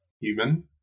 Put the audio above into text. human